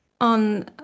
on